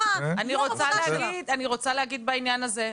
בעניין הזה.